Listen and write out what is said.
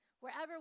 Wherever